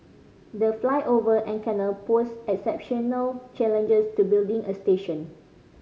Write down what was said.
the flyover and canal posed exceptional challenges to building a station